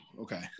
Okay